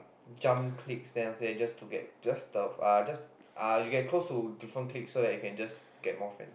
jump cliques then after that just to get just the uh just uh you get close to different cliques so that you can